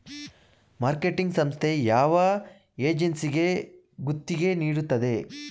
Marketing ಸಂಸ್ಥೆ ಯಾವ ಏಜೆನ್ಸಿಗೆ ಗುತ್ತಿಗೆ ನೀಡುತ್ತದೆ?